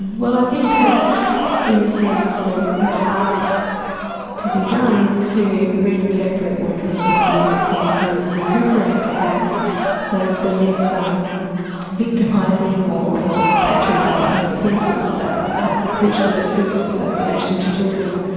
well i think that in a sense the the task to be done is to reinterpret what innocence means to kind of recuperate perhaps the the less victimising or patronising senses that accrue to it through its association to children.